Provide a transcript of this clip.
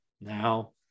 now